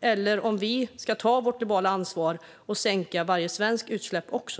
eller om vi ska ta vårt globala ansvar och minska varje svensks utsläpp också?